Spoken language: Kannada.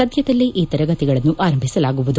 ಸದ್ದದಲ್ಲೇ ಈ ತರಗತಿಗಳನ್ನು ಆರಂಭಿಸಲಾಗುವುದು